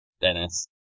Dennis